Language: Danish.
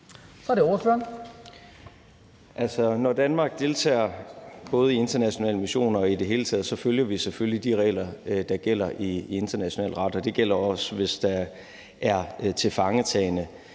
Kollerup (S): Altså, når Danmark deltager både i internationale missioner og i det hele taget, følger vi selvfølgelig de regler, der gælder i international ret. Det gælder også, hvis der er tilfangetagne.